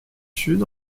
sud